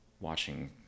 watching